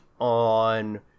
on